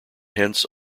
hence